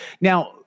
now